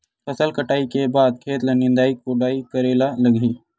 फसल कटाई के बाद खेत ल निंदाई कोडाई करेला लगही?